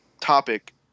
topic